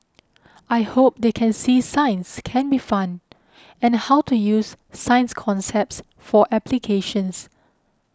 I hope they can see science can be fun and how to use science concepts for applications